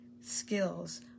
skills